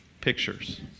pictures